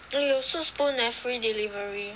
eh 有 Soup Spoon eh free delivery